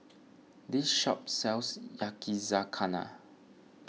this shop sells Yakizakana